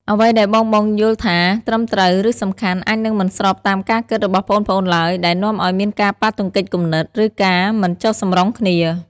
អ្វីដែលបងៗយល់ថាត្រឹមត្រូវ ឬសំខាន់ អាចនឹងមិនស្របតាមការគិតរបស់ប្អូនៗឡើយ ដែលនាំឱ្យមានការប៉ះទង្គិចគំនិត ឬការមិនចុះសម្រុងគ្នា។